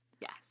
Yes